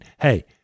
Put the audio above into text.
hey